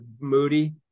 Moody